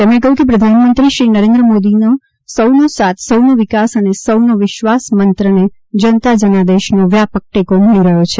તેમણે કહ્યું કે પ્રધાનમંત્રી શ્રી નરેન્દ્ર મોદીના સૌનો સાથ સૌનો વિકાસ અને સૌનો વિશ્વાસ મંત્રને જનતા જનાદેશનો વ્યાપક ટેકો મળી રહ્યો છે